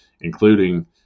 including